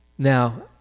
Now